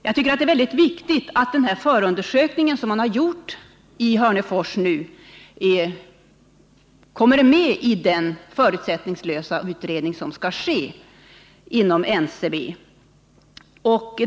Jag tycker att det är mycket viktigt att den förundersökning som man gjort i Hörnefors kommer med i den förutsättningslösa utredning som skall ske inom NCB.